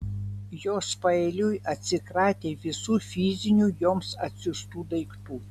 jos paeiliui atsikratė visų fizinių joms atsiųstų daiktų